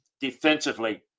defensively